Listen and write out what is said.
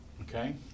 okay